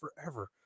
forever